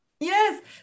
Yes